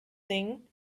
thing